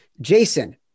Jason